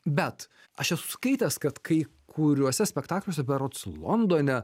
bet aš esu skaitęs kad kai kuriuose spektakliuose berods londone